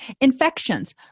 Infections